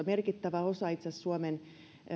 merkittävä osa suomen